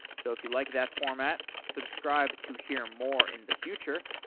so if you like that format, subscribe to hear more in the future.